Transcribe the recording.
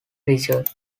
richard